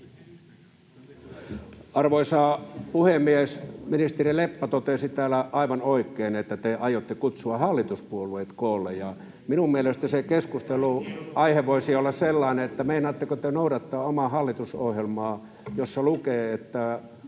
Arvoisa puhemies! Ministeri Leppä totesi täällä aivan oikein, että te aiotte kutsua hallituspuolueet koolle, ja minun mielestäni se keskustelunaihe [Keskustan ryhmästä: Kaikki eduskuntapuolueet!] voisi olla sellainen, että meinaatteko te noudattaa omaa hallitusohjelmaanne, jossa lukee: